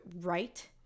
right